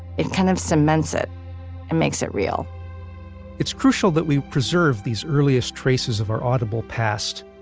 it kind of cements it and makes it real it's crucial that we preserve these earliest traces of our audible past.